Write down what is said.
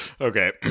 Okay